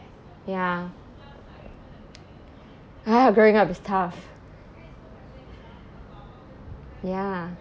ya ah growing up is tough ya